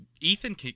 Ethan